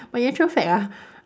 but in actual fact ah